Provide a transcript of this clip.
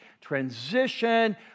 transition